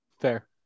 Fair